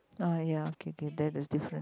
ah ya K K that is different